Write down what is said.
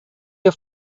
your